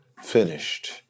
finished